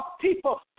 people